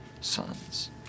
sons